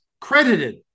credited